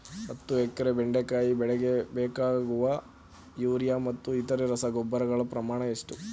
ಹತ್ತು ಎಕರೆ ಬೆಂಡೆಕಾಯಿ ಬೆಳೆಗೆ ಬೇಕಾಗುವ ಯೂರಿಯಾ ಮತ್ತು ಇತರೆ ರಸಗೊಬ್ಬರಗಳ ಪ್ರಮಾಣ ಎಷ್ಟು?